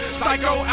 Psycho